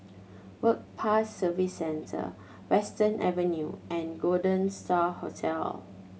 Work Pass Services Centre Western Avenue and Golden Star Hotel